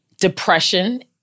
depression